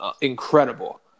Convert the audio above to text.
incredible